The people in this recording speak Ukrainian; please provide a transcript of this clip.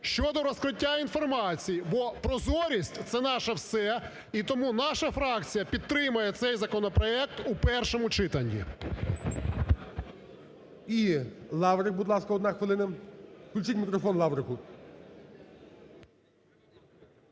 щодо розкриття інформації, бо прозорість – це наше все. І тому наша фракція підтримає цей законопроект у першому читанні.